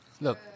Look